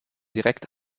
direkt